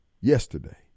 Yesterday